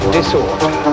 disorder